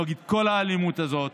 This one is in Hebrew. נגד כל האלימות הזאת.